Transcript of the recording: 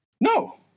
No